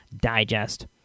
Digest